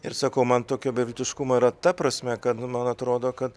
ir sakau man tokio beviltiškumo yra ta prasme kad man atrodo kad